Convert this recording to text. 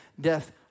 death